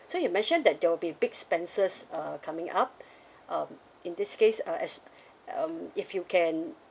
so you mentioned that there'll be big expenses uh coming up um in this case uh as um if you can